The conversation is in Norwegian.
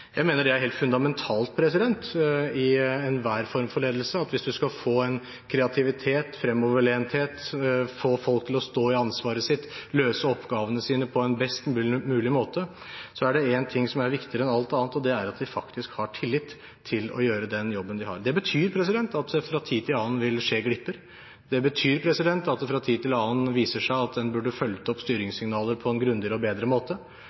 Jeg mener det er helt fundamentalt i enhver form for ledelse. Hvis en skal få kreativitet, fremoverlenthet, få folk til å stå i ansvaret sitt, løse oppgavene sine på en best mulig måte, er det én ting som er viktigere enn alt annet, og det er at de faktisk har tillit til å gjøre den jobben de har. Det betyr at det fra tid til annen vil skje glipper. Det betyr at det fra tid til annen viser seg at en burde fulgt opp styringssignaler på en grundigere og bedre måte.